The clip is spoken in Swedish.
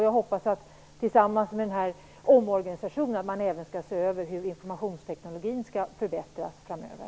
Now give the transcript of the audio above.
Jag hoppas att man tillsammans med den här omorganisationen även ser över hur informationstekniken skall förbättras framöver.